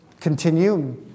continue